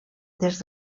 des